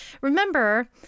remember